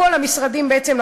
כל המשרדים בעצם,